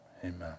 Amen